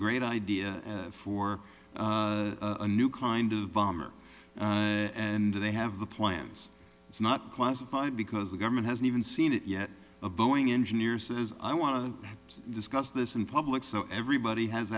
great idea for a new kind of bomber and they have the plans it's not classified because the government hasn't even seen it yet a boeing engineers says i want to discuss this in public so everybody has